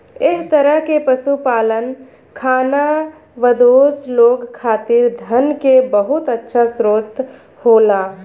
एह तरह के पशुपालन खानाबदोश लोग खातिर धन के बहुत अच्छा स्रोत होला